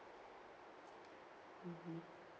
mmhmm